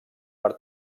per